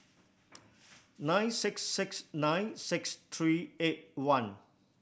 nine six six nine six three eight one